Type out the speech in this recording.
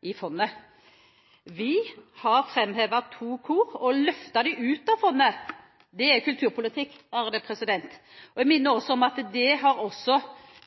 gjelder fondet. Vi har framhevet to kor og har løftet dem ut av fondet – det er kulturpolitikk. Jeg minner om at dette gjorde